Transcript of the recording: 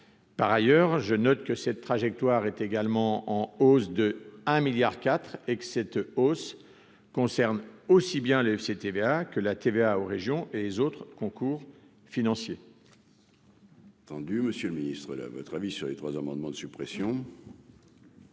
par ailleurs, je note que cette trajectoire est également en hausse de 1 milliard 4 et que cette hausse concerne aussi bien le FCTVA que la TVA aux régions et les autres concours financiers.